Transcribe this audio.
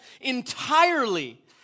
entirely